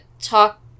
talk